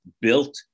built